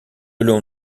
l’on